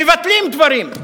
מבטלים דברים.